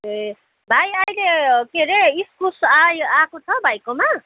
ए भाइ अहिले के अरे इस्कुस आयो आएको छ भाइकोमा